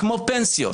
כמו פנסיות,